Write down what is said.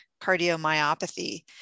cardiomyopathy